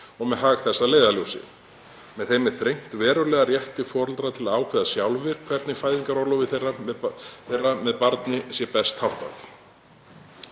og með hag þess að leiðarljósi. Með þeim er þrengt verulega að rétti foreldra til að ákveða sjálfir hvernig fæðingarorlofi þeirra með barni sé best háttað.